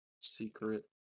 secret